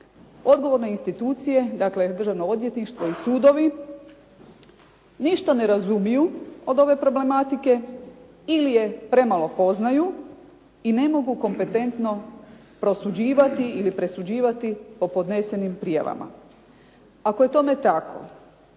odgovorne institucije, dakle Državno odvjetništvo i sudovi ništa ne razumiju od ove problematike ili je premalo poznaju i ne mogu kompetentno prosuđivati ili presuđivati po podnesenim prijavama. Ako je tome tako,